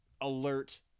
alert